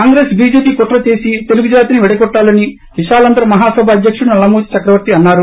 Congress BJP కుట్ర చేసి తెలుగుజాతిని విడగొట్టాయని విశాలాంధ్ర మహాసభ అధ్యకుడు నల్లమోతు చక్రవర్తి అన్నారు